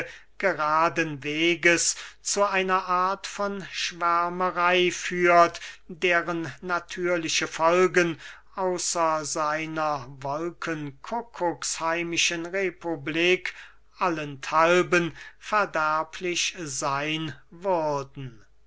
geraden weges zu einer art von schwärmerey führt deren natürliche folgen außer seiner wolkenkuckuksheimischen republik allenthalben verderblich seyn würden